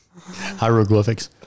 Hieroglyphics